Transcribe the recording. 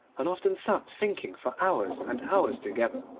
and often sat thinking for hours and hours together,